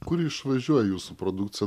kur išvažiuoja jūsų produkcija